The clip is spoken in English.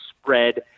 spread